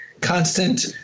constant